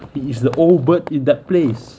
he is the old bird in that place